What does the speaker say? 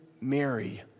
Mary